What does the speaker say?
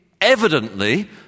evidently